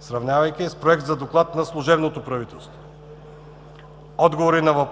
сравнявайки я с проект за доклад на служебното правителство. Отговори на